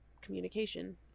communication